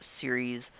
series